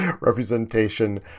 representation